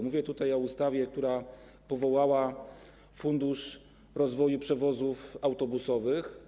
Mówię o ustawie, która powołała Fundusz Rozwoju Przewozów Autobusowych.